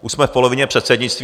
Už jsme v polovině předsednictví.